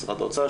משרד האוצר,